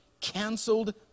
canceled